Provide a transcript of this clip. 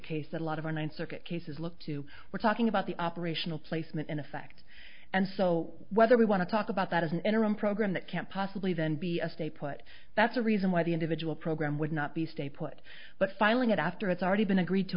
case that a lot of our ninth circuit cases look to we're talking about the operational placement in effect and so whether we want to talk about that as an interim program that can't possibly then be a stay put that's a reason why the individual program would not be stay put but filing it after it's already been agreed to